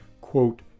quote